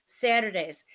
Saturdays